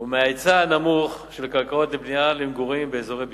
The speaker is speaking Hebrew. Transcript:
ומההיצע הנמוך של קרקעות לבנייה למגורים באזורי ביקוש,